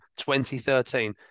2013